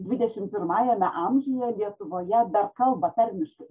dvidešimt pirmajame amžiuje lietuvoje dar kalba tarmiškai